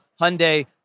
Hyundai